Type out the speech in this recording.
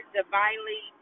divinely